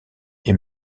est